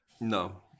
No